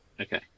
Okay